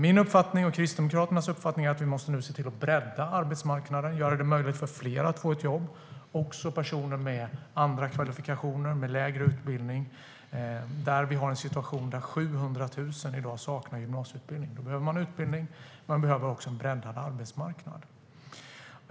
Min och Kristdemokraternas uppfattning är att vi nu måste se till att bredda arbetsmarknaden och göra det möjligt även för personer med andra kvalifikationer och lägre utbildning att få ett jobb, eftersom vi i dag har en situation där 700 000 saknar gymnasieutbildning. Då behöver man utbildning, och man behöver också en breddad arbetsmarknad.